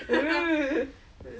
ugh